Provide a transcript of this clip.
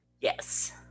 Yes